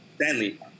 Stanley